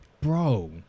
Bro